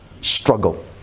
struggle